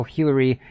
Hillary